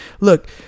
Look